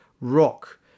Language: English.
rock